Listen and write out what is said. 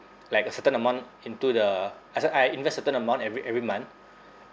like a certain amount into the as i~ I invest certain amount every every month